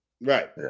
Right